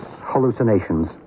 hallucinations